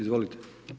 Izvolite.